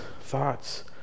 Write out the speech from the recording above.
thoughts